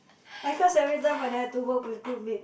I curse every time when I have to work with group mates